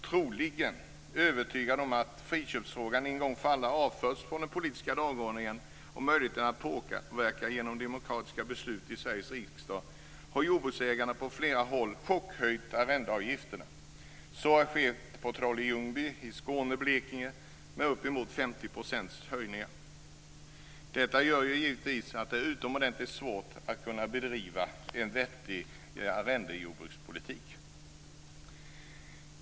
Troligen övertygade om att friköpsfrågan en gång för alla avförts från den politiska dagordningen, och övertygade om möjligheten att påverka genom demokratiska beslut i Sveriges riksdag har jordbruksägarna på flera håll chockhöjt arrendeavgifterna. Så har skett på Trolle-Ljungby i Skåne och i Blekinge. Höjningarna har uppgått till uppemot 50 %. Detta gör givetvis att det är utomordentligt svårt att kunna bedriva en vettig arrendejordbrukspolitik.